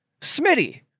Smitty